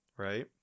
Right